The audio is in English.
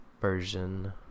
version